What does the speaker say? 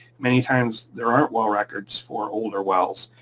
many times there aren't well records for older wells.